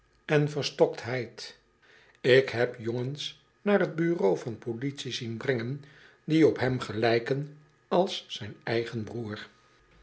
en verstoktheid ik heb jongens naar t bureau van politie zien brengen die op hem gelijken als zijn eigen broer